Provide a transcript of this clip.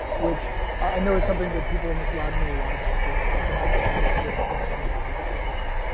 which i know is something that people in this lab know a lot about. so that's something i look forward to talking to you guys about in the future.